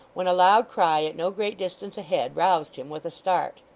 when a loud cry at no great distance ahead, roused him with a start.